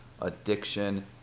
Addiction